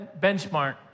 benchmark